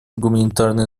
гуманитарные